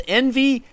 envy